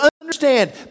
understand